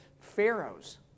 pharaohs